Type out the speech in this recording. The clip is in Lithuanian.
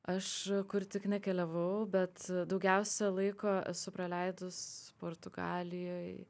aš kur tik nekeliavau bet daugiausia laiko esu praleidus portugalijoj